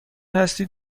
هستید